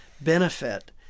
benefit